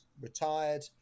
retired